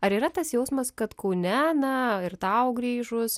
ar yra tas jausmas kad kaune na ir tau grįžus